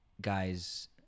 guys